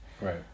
Right